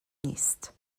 نیست